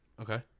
Okay